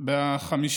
ב-5